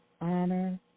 honor